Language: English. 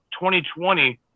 2020